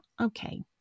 Okay